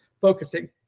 focusing